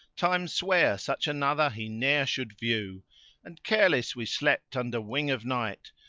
time sware such another he ne'er should view and careless we slept under wing of night,